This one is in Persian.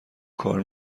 کار